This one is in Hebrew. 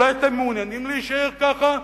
אולי אתם מעוניינים להישאר כך?